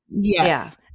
Yes